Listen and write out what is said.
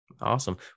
awesome